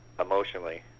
emotionally